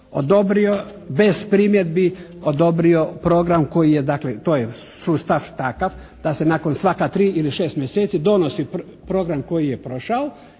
odobrio bez primjedbi odobrio program koji je dakle, to je sustav takav da se nakon svaka tri ili šest mjeseci donosi program koji je prošao